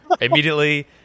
immediately